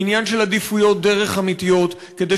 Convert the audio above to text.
היא עניין של עדיפויות דרך אמיתיות כדי